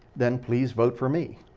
then please vote for me.